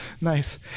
nice